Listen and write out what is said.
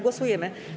Głosujemy.